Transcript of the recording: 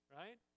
right